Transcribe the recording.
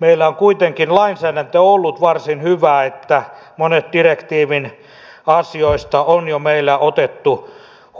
meillä on kuitenkin lainsäädäntö ollut varsin hyvä niin että monet direktiivin asioista on meillä jo otettu